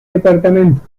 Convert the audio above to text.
departamentos